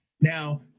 Now